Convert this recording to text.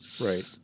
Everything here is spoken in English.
Right